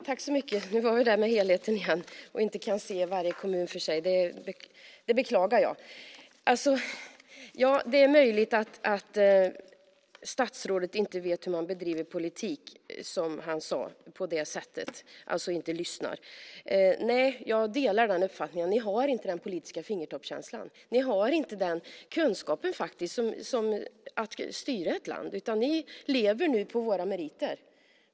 Fru talman! Det var det där med helheten igen och att man inte kan se varje kommun för sig. Det beklagar jag. Det är möjligt att statsrådet inte vet hur man bedriver politik, som han sade, på det sättet, och alltså inte lyssnar. Jag delar den uppfattningen. Ni har inte den politiska fingertoppskänslan. Ni har faktiskt inte kunskapen att styra ett land, utan ni lever nu på våra meriter.